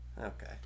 Okay